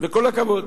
וכל הכבוד.